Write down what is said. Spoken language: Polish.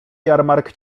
jarmark